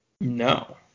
No